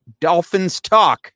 DOLPHINSTALK